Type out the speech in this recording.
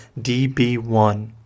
DB1